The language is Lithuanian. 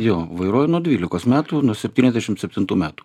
jo vairuoju nuo dvylikos metų nuo septyniasdešimt septintų metų